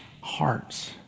hearts